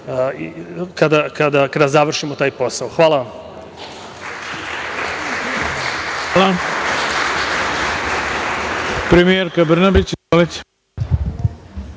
kada završimo taj posao. Hvala vam. **Ivica